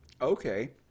Okay